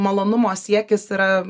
malonumo siekis yra